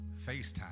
FaceTime